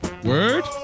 Word